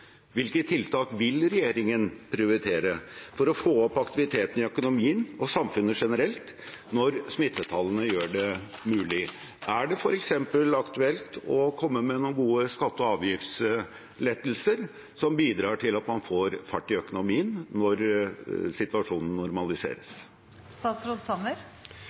Hvilke tiltak vil regjeringen prioritere for å få opp aktiviteten i økonomien og samfunnet generelt når smittetallene gjør det mulig? Er det f.eks. aktuelt å komme med noen gode skatte- og avgiftslettelser som bidrar til at man får fart på økonomien når situasjonen